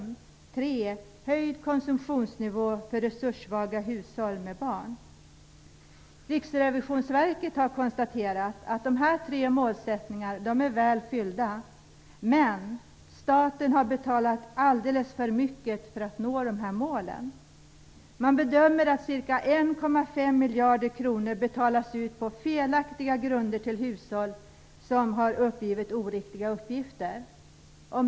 Det tredje är höjd konsumtionsnivå för resurssvaga hushåll med barn. Riksrevisionsverket har konstaterat att dessa tre mål är väl uppfyllda, men att staten har betalat alldeles för mycket för att nå målen. Man bedömer att ca 1,5 miljarder kronor betalas ut på felaktiga grunder till hushåll som har uppgivit oriktiga uppgifter.